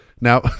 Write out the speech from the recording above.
Now